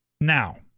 Now